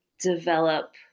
develop